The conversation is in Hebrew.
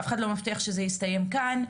אף אחד לא מבטיח שזה יסתיים כאן.